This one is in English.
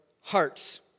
hearts